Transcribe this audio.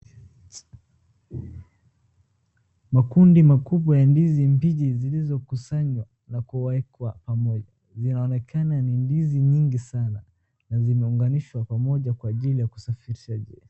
Makundi makubwa ya ndizi mbichi zilizokusanywa na kuwekwa pamoja ,zinaonekana ni ndizi nyingi sana na zimeunganishwa pamoja kwa ajili ya kusafirishwa nje.